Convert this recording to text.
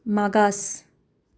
मागास